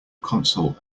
console